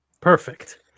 Perfect